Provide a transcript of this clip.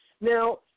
Now